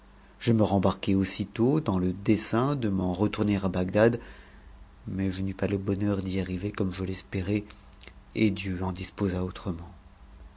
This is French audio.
je me rembarquai aussitôt dans le dessein de m'en retourner à bagdad mais je n'eus pas le bonheur d'y arriver comme je l'espérais et dieu en disposa autrement